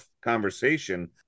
conversation